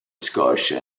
scotia